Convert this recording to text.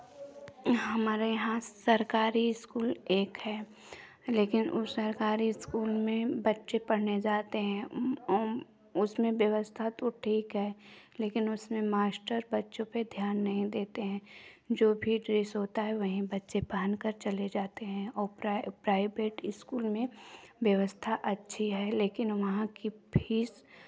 हमारे यहाँ सरकारी स्कूल एक है लेकिन वो सरकारी स्कूल में बच्चे पढ़ने जाते हैं उसमें व्यवस्था तो ठीक है लेकिन उसमें मास्टर बच्चों पे ध्यान नहीं देते हैं जो भी ड्रेस होता है वही बच्चे पहनकर चले जाते हैं और प्राइवेट स्कूल में व्यवस्था अच्छी है लेकिन वहाँ की फीस